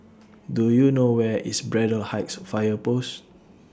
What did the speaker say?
Do YOU know Where IS Braddell Heights Fire Post